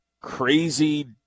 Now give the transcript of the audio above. crazy